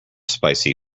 spicy